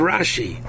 Rashi